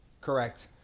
Correct